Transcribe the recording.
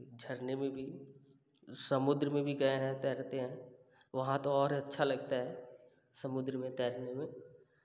ई झरने में भी समुद्र में भी गए हैं तैरते हैं वहाँ तो और अच्छा लगता है समुद्र में तैरने में